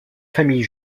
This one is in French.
famille